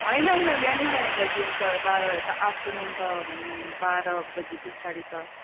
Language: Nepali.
होइन होइन बिहान जाने दाजु तर बाह्र त आफ्टरनुन त बाह्र बजे पछाडि त